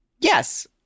Yes